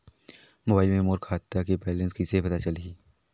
Mobile मे मोर खाता के बैलेंस कइसे पता चलही?